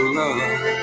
love